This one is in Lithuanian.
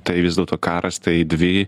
tai vis dėlto karas tai dvi